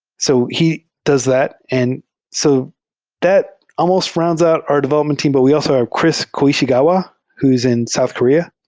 so he does that. and so that almost rounds up our development team, but we also have kris koishigawa who's in south korea,